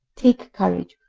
take courage,